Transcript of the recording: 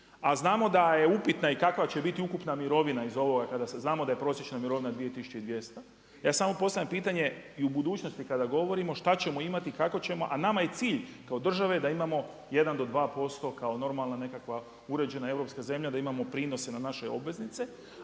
A znamo da je upitna i kakva će biti ukupna mirovina iz ovoga kada se zna da je prosječna mirovina 2.200. Ja samo postavljam pitanje i u budućnosti kada govorimo šta ćemo imati i kako ćemo, a nama je cilj kao države da imamo 1 do 2% kao normalna nekakva uređena europska zemlja, da imamo prinose na naše obveznice,